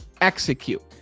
execute